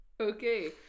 Okay